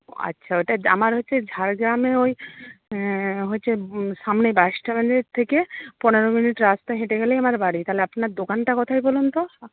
ও আচ্ছা ওটা আমার হচ্ছে ঝাড়গ্রামে ওই হচ্ছে সামনে বাস স্ট্যান্ডের থেকে পনেরো মিনিট রাস্তা হেঁটে গেলেই আমার বাড়ি তাহলে আপনার দোকানটা কোথায় বলুন তো